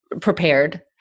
prepared